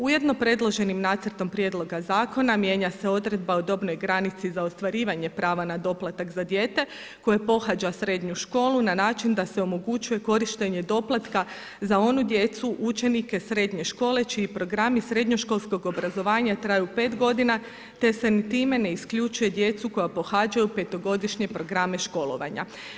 Ujedno predloženim nacrtom prijedloga zakona mijenja se odredba od dobnoj granici za ostvarivanje prava na doplatak za dijete koje pohađa srednju školu na način da se omogućuje korištenje doplatka za onu djecu učenike srednje škole čiji programi srednjoškolskog obrazovanja traju pet godina te se time ne isključuje djecu koja pohađaju petogodišnje programe školovanja.